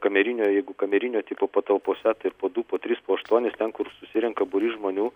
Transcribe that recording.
kamerinio jeigu kamerinio tipo patalpose tai ir po du po tris po aštuonis ten kur susirenka būrys žmonių